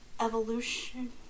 evolution